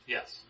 Yes